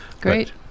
Great